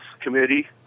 Committee